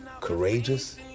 courageous